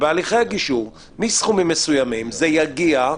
בהליכי הגישור, מסכומים מסוימים זה יגיע,